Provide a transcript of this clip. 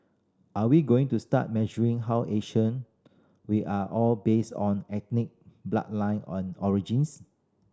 are we going to start measuring how Asian we are all based on ethnic bloodline origins